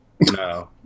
No